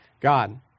God